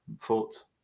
thoughts